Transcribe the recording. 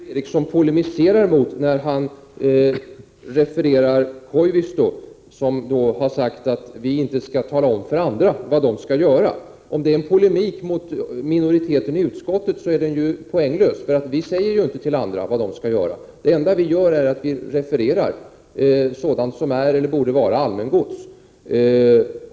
Fru talman! Jag är inte riktigt säker på vad Sture Ericson polemiserar mot när han refererar till Koivisto, som har uttalat att vi inte skall tala om för andra vad de skall göra. Om detta är en polemik mot minoriteten i utskottet, är den i så fall poänglös, eftersom vi som representerar minoriteten ju inte talar om för andra vad de skall göra. Vi refererar enbart till sådant som är eller borde vara allmängods.